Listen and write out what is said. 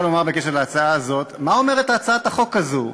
בקשר להצעה הזאת, מה אומרת הצעת החוק הזאת?